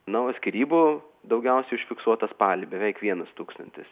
na o skyrybų daugiausiai užfiksuota spalį beveik vienas tūkstantis